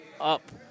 up